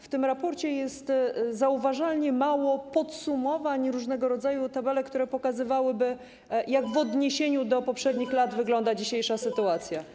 W tym raporcie jest zauważalnie mało podsumowań i różnego rodzaju tabelek, które pokazywałyby, jak w odniesieniu do poprzednich lat wygląda dzisiejsza sytuacja.